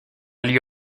lieu